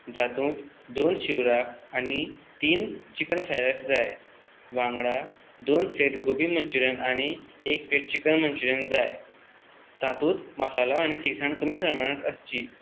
जातूंत दोन शिवराक आनी तीन चिकन फ्राइड राइस जाय वांगडा दोन प्लेट गोबी मंचुरियन आनी एक प्लेट चिकन मंचुरियन जाय तातूंत मसालो आनी तीखसाण कमी प्रमाणांत आसची